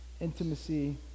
intimacy